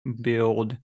build